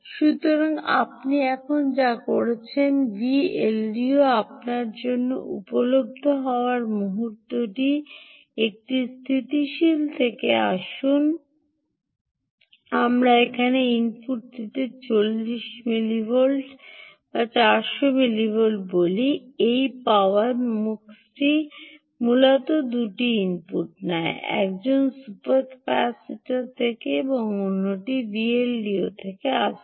সুতরাং আপনি এখন যা করছেন Vldo আপনার জন্য উপলব্ধ হওয়ার মুহূর্তটি একটি স্থিতিশীল থেকে আসুন আমরা এখানে ইনপুটটিতে 400 মিলিভোল্ট বলি এই পাওয়ার মুক্সটি মূলত দুটি ইনপুট নেয় একজন সুপার ক্যাপাসিটার থেকে এবং অন্যটি Vldo থেকে আসছেন